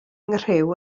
nghriw